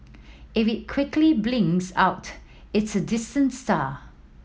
if it quickly blinks out it's a distant star